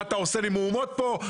מה אתה עושה לי מהומות פה,